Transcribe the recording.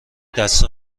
دسته